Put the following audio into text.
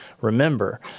remember